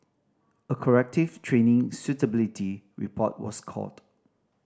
a corrective training suitability report was called